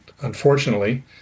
unfortunately